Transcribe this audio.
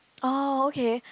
oh okay